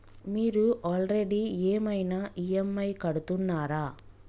మీరు ఆల్రెడీ ఏమైనా ఈ.ఎమ్.ఐ కడుతున్నారా?